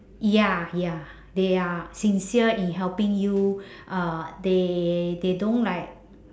ya ya they are sincere in helping you uh they they don't like